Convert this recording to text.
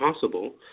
possible